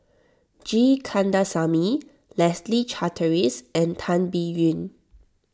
G Kandasamy Leslie Charteris and Tan Biyun